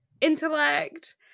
intellect